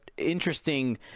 interesting